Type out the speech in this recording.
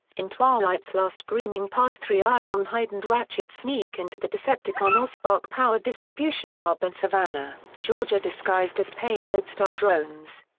in twilight's last greaming part three ironhide and ratchet sneak into the decepticon allspark power distribution hub in savannah, georgia disguised as payload style drones.